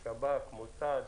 שב"כ, מוסד,